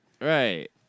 Right